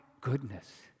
goodness